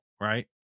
right